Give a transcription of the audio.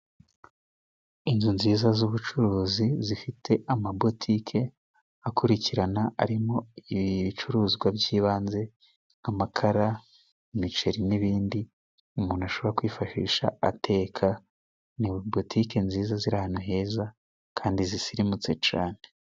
Inzu nziza z'ubucuruzi zifite amabotike akurikirana arimo ibicuruzwa by'ibanze nk'amakara, imiceri, n'ibindi umuntu ashobora kwifashisha ateka. Ni botike nziza ziri ahantu heza kandi zisirimutse cane.